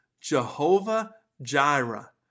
Jehovah-Jireh